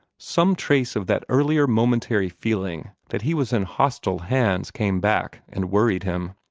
some trace of that earlier momentary feeling that he was in hostile hands came back, and worried him.